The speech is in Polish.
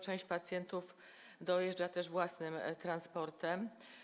Część pacjentów dojeżdża też własnym transportem.